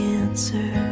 answer